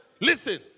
Listen